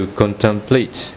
contemplate